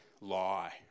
lie